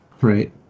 Right